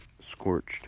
scorched